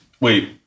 Wait